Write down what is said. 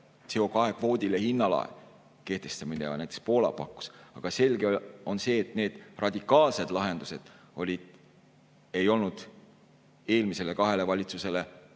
CO2-kvoodile hinnalae kehtestamine, mida näiteks Poola pakkus. Aga selge on see, et need radikaalsed lahendused ei olnud eelmisele kahele valitsusele